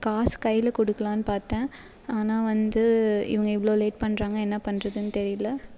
காசு கையில் கொடுக்கலான்னு பார்த்தேன் ஆனால் வந்து இவங்க இவ்வளோ லேட் பண்ணுறாங்க என்ன பண்ணுறதுன்னு தெரியல